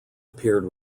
appeared